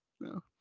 No